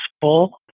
full